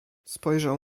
spojrzał